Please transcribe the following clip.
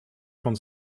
von